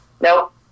Nope